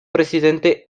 presidente